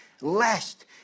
Lest